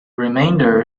remainder